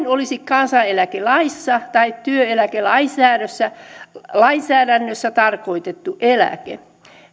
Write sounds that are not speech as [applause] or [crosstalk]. [unintelligible] olisi kansaneläkelaissa tai työeläkelainsäädännössä tarkoitettu eläke